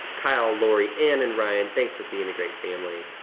kyle, lori-ann and ryan, thanks for being a great family.